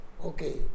Okay